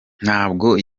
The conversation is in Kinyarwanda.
ntabwo